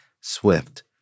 swift